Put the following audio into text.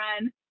run